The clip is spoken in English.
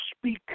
speak